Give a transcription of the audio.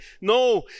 No